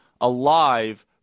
alive